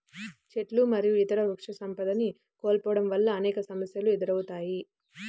చెట్లు మరియు ఇతర వృక్షసంపదని కోల్పోవడం వల్ల అనేక సమస్యలు ఎదురవుతాయి